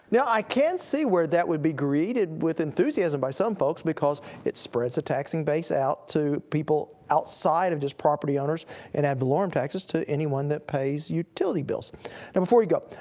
now i can see where that would be greeted with enthusiasm by some folks, because it spreads the taxing base out to people outside of just property owners and ad valorem taxes to anyone that pays utility bills. now and before we go,